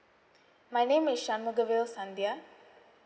my name is shanmugarial shandia